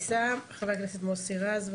חבר הכנסת מוסי רז.